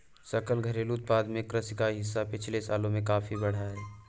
सकल घरेलू उत्पाद में कृषि का हिस्सा पिछले सालों में काफी बढ़ा है